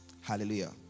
hallelujah